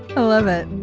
i love it